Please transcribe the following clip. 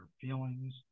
feelings